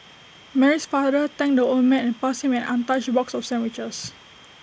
Mary's father thanked the old man and passed him an untouched box of sandwiches